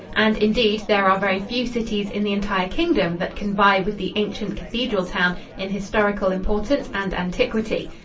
and, indeed, there are very few cities in the entire kingdom that can vie with the ancient cathedral town in historical importance and antiquity.